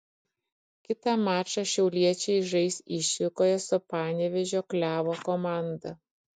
kitą mačą šiauliečiai žais išvykoje su panevėžio klevo komanda